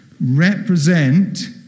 represent